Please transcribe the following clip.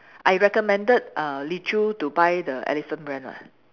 I recommended uh Li Choo to buy the elephant brand ah